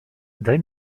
daj